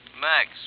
Max